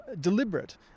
deliberate